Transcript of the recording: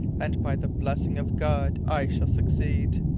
and by the blessing of god i shall succeed.